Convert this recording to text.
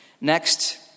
Next